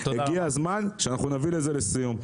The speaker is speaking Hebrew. הגיע הזמן שנביא את זה לסיום.